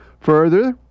Further